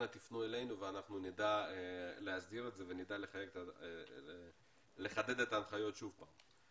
אנא תפנו אלינו ואנחנו נדע להסדיר את זה ונדע לחדד את ההנחיות שוב פעם.